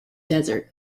desert